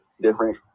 different